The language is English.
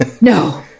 No